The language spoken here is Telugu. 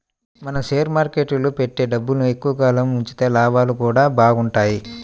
మనం షేర్ మార్కెట్టులో పెట్టే డబ్బుని ఎక్కువ కాలం ఉంచితే లాభాలు గూడా బాగుంటయ్